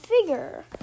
figure